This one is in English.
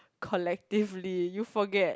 collectively you forget